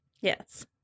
Yes